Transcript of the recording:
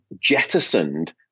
jettisoned